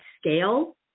scale